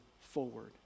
forward